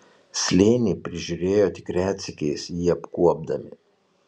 slėnį prižiūrėjo tik retsykiais jį apkuopdami